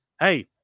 hey